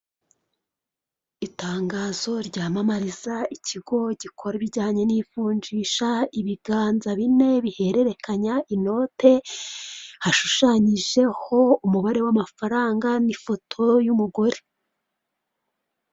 Aya n'ameza ari mu nzu, bigaragara ko aya meza ari ayokuriho arimo n'intebe nazo zibaje mu biti ariko aho bicarira hariho imisego.